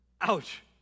Ouch